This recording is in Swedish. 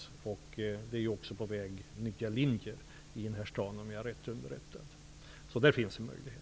Om jag är rätt underrättad skall man också inrätta nya linjer i staden. Här finns det således en möjlighet.